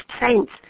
saints